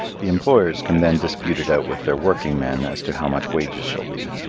the employers can then dispute it out with their working men as to how much wages shall be.